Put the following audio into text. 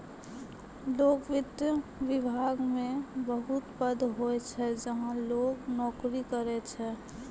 लोक वित्त विभाग मे बहुत पद होय छै जहां लोग नोकरी करै छै